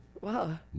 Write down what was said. Wow